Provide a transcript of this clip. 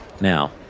Now